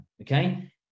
Okay